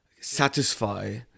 satisfy